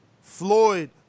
Floyd